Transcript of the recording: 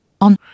on